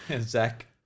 Zach